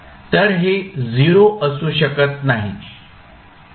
तर हे 0 असू शकत नाही